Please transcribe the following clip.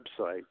website